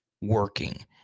working